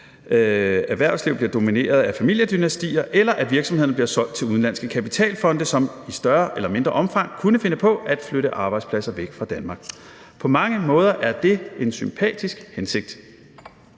erhvervsliv bliver domineret af familiedynastier, eller at virksomhederne bliver solgt til udenlandske kapitalfonde, som i større eller mindre omfang kunne finde på at flytte arbejdspladser væk fra Danmark. På mange måder er det en sympatisk hensigt.